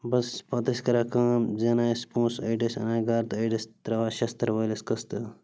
بَس پَتہٕ ٲسۍ کران کٲم زینان ٲسۍ پونٛسہٕ أڑۍ ٲسۍ اَنان گَرٕ تہٕ أڑۍ ٲسۍ ترٛاوان شِستٕر وٲلِس قٕسطہٕ